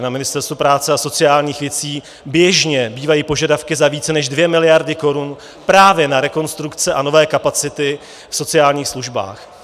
Na Ministerstvo práce a sociálních věcí běžně bývají požadavky za více než 2 miliardy korun právě na rekonstrukce a nové kapacity v sociálních službách.